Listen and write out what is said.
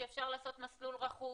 שאפשר לעשות מסלול רכוב.